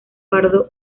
pardo